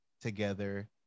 together